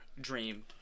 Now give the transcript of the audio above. dream